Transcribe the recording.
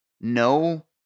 no